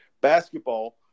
Basketball